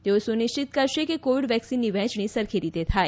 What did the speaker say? તેઓ એ સુનિશ્ચિત કરશે કે કોવિડ વેક્સીનની વહેંચણી સરખી રીતે થાય